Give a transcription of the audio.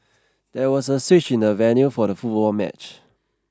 there was a switch in the venue for the football match